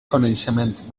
coneixements